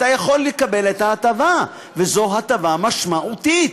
אתה יכול לקבל את ההטבה, וזו הטבה משמעותית.